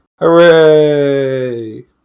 hooray